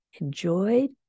enjoyed